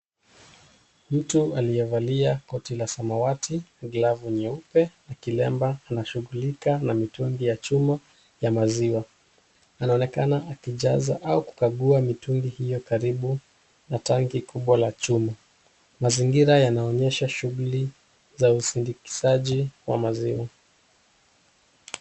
Mtu aliyevalia koti la samawati, glavu nyeupe na kilemba anashughulika na mitungi ya chuma ya maziwa. Anaonekana akijaza au kukagua mitungi hiyo karibu na tanki kubwa la chuma. Mazingira yanaonyesha shughli za usindikisaji wa maziwa.